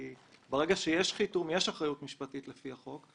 כי ברגע שיש חיתום אז יש גם אחריות משפטית לפי החוק.